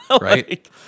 right